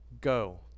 go